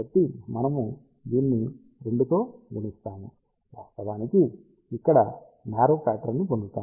కాబట్టి మనము దీనిని 2 తో గుణిస్తాము వాస్తవానికి ఇక్కడ నారో ప్యాట్రన్ ని పొందుతాము